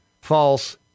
false